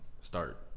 start